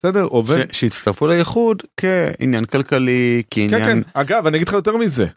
בסדר, עובד שיצטרפו לאיחוד כעניין כלכלי כעניין אגב אני אגיד לך יותר מזה.